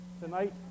Tonight